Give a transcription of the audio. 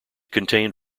contained